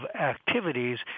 activities